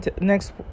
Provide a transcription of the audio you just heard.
next